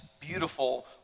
beautiful